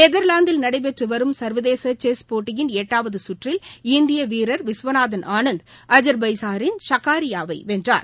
நெதர்லாந்தில் நடைபெற்று வரும் சர்வதேச செஸ் போட்டியின் எட்டாவது சுற்றில் இந்திய வீரர் விஸ்வநாதன் ஆனந்த் அஸர்பைஜானின் ஷாக்ரியாரை வென்றார்